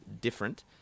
different